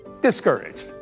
discouraged